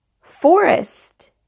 forest